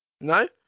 No